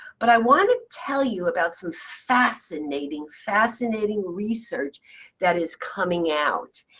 but i want to tell you about some fascinating, fascinating research that is coming out.